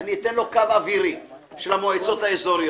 אני אתן לו קו אווירי של המועצות האזוריות.